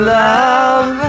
love